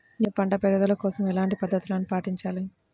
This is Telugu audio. నేను పంట పెరుగుదల కోసం ఎలాంటి పద్దతులను పాటించాలి?